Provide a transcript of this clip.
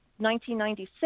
1996